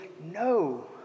no